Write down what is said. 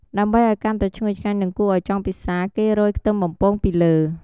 ដើម្បីឱ្យកាន់តែឈ្ងុយឆ្ងាញ់ និងគួរឱ្យចង់ពិសា គេរោយខ្ទឹមបំពងពីលើ។